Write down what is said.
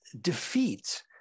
defeat